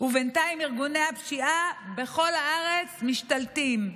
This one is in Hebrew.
ובינתיים ארגוני הפשיעה בכל הארץ משתלטים.